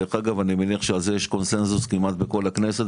ואני מניח שיש על זה קונצנזוס כמעט בכל הכנסת,